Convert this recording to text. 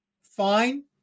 fine